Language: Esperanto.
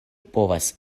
povas